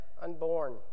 unborn